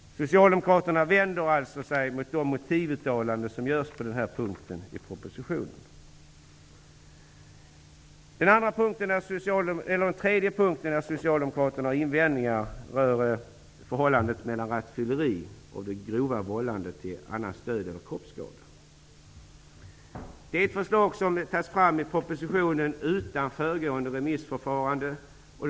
Socialdemokraterna vänder sig alltså mot de motivuttalanden som görs på den här punkten i propositionen. En tredje punkt där socialdemokraterna har invändningar rör förhållandet mellan rattfylleri och grovt vållande till annans död eller kroppsskada. Det är ett förslag som läggs fram i propositionen utan föregående remissförfarande.